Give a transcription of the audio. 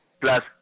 plus